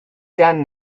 done